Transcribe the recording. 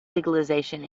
legalization